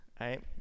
right